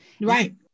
right